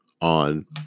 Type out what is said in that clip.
on